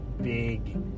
big